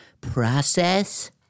process